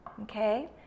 Okay